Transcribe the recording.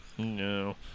No